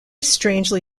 strangely